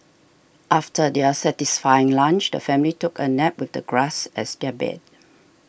after their satisfying lunch the family took a nap with the grass as their bed